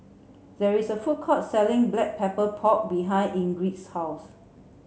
there is a food court selling black pepper pork behind Ingrid's house